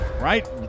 right